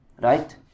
right